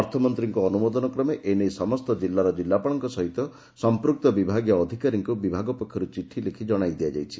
ଅର୍ଥମନ୍ତୀଙ୍କ ଅନୁମୋଦନ କ୍ରମେ ଏ ନେଇ ସମସ୍ତ ଜିଲ୍ଲାର ଜିଲ୍ଲାପାଳଙ୍କ ସହିତ ସମ୍ମୁକ୍ତ ବିଭାଗୀୟ ଅଧିକାରୀଙ୍କୁ ବିଭାଗ ପକ୍ଷରୁ ଚିଠି ଲେଖି ଜଣାଇ ଦିଆଯାଇଛି